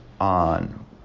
on